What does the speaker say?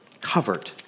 covered